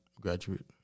graduate